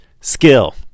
skill